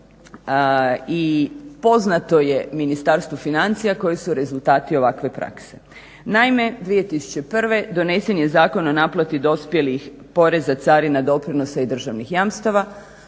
i poznato je Ministarstvu financija koji su rezultati ovakve prakse. Naime, 2001. donesen je Zakon o naplati dospjelih poreza carina, doprinosa i državnih jamstava